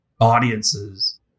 audiences